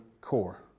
core